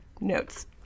notes